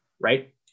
right